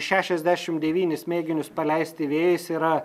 šešiasdešim devynis mėginius paleisti vėjais yra